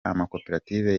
amakoperative